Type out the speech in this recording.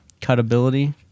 Cutability